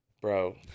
bro